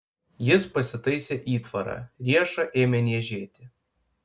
jis pasitaisė įtvarą riešą ėmė niežėti